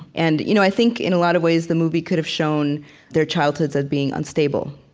and you know i think, in a lot of ways, the movie could've shown their childhoods as being unstable.